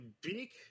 beak